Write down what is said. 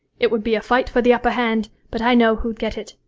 it would be a fight for the upper hand, but i know who'd get it,